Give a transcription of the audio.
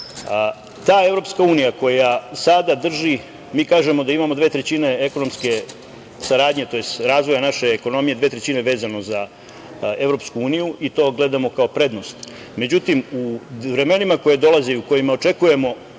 profit. Ta EU, koja sada drži, mi kažemo da imamo dve trećine ekonomske saradnje, tj. razvoja naše ekonomije, dve trećine vezano za EU i to gledamo, kao prednost. Međutim, u vremenima koja dolaze i u kojima očekujemo